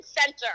center